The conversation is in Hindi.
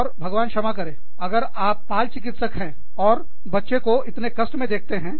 और भगवान क्षमा करें अगर आप बाल चिकित्सक हैं और बच्चों को इतने कष्ट में देखते हैं